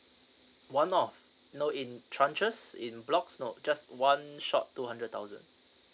one off not in tranches in block not just one shot two hundred thousand